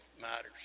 matters